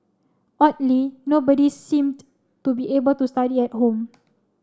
oddly nobody seemed to be able to study at home